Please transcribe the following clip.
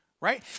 right